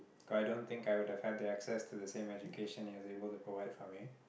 cause i don't think I would have had the access to the same education he was able to provide for me